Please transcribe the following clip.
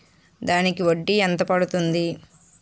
దానికి వడ్డీ ఎంత పడుతుంది?